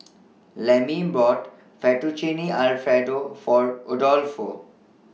Lemmie bought Fettuccine Alfredo For Adolfo